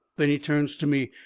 then he turns to me.